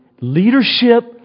leadership